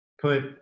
put